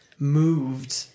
moved